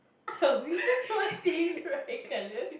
were you just not seeing the right colour